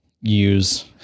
use